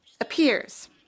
appears